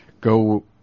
go